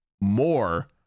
more